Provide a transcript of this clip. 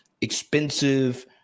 expensive